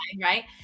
Right